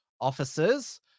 officers